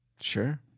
Sure